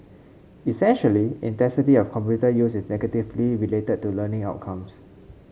essentially intensity of computer use is negatively related to learning outcomes